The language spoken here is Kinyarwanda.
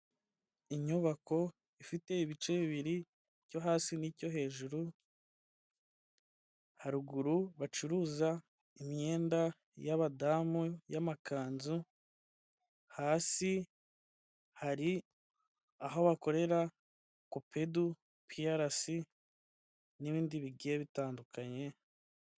Inyubako ifite ibice bibiri icyo hasi n'icyo hejuru haruguru bacuruza imyenda y'adamu y'amakanzu hasi hari aho bakorera copedu parasi n'ibindi bige bitandukanye.